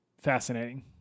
fascinating